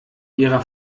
ihrer